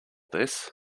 this